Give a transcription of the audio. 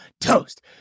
toast